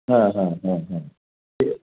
हां हां हां हां ठीक